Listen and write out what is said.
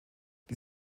die